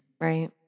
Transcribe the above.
Right